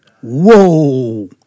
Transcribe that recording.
Whoa